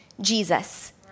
Jesus